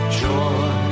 joy